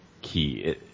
key